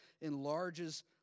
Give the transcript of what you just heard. enlarges